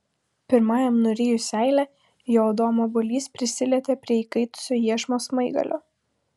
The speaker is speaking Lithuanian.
pirmajam nurijus seilę jo adomo obuolys prisilietė prie įkaitusio iešmo smaigalio